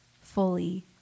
fully